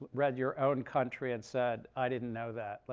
read your own country, and said, i didn't know that. like,